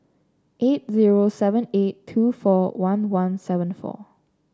eight zero seven eight two four one one seven four